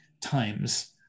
times